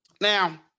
Now